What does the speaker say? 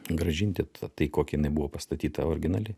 grąžinti tai kokia jinai buvo pastatyta originali